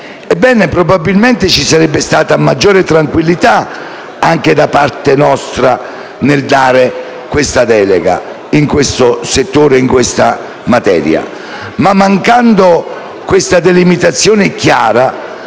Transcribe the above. probabilmente ci sarebbe stata maggiore tranquillità da parte nostra nel votare a favore di una delega in questo settore e in questa materia. Mancando una delimitazione chiara,